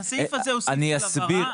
הסעיף הזה הוא סעיף של הבהרה.